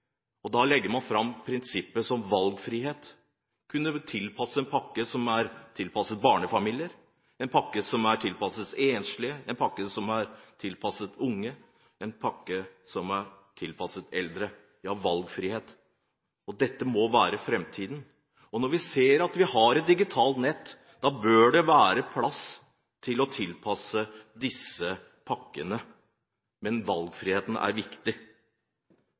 Da legger man fram prinsippet om valgfrihet for å kunne få en pakke som er tilpasset barnefamilier, en pakke som er tilpasset enslige, en pakke som er tilpasset unge, en pakke som er tilpasset eldre – ja: valgfrihet. Dette må være framtiden. Når vi har et digitalt nett, bør det være plass til å tilpasse disse pakkene. Men valgfriheten er viktig.